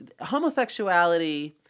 homosexuality